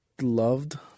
loved